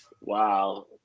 Wow